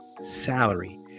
salary